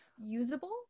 usable